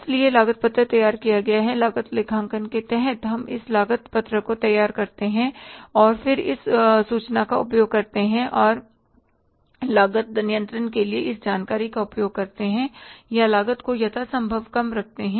इसलिए लागत पत्रक तैयार किया जाता है लागत लेखांकन के तहत हम इस लागत पत्रक को तैयार करते हैं और फिर हम सूचना का उपयोग करते हैं और लागत नियंत्रण के लिए इस जानकारी का उपयोग करते हैं या लागत को यथासंभव कम रखते हैं